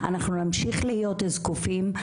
אנחנו נמשיך להיות זקופים,